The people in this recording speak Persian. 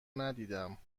ندیدم